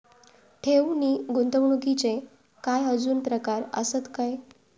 ठेव नी गुंतवणूकचे काय आजुन प्रकार आसत काय?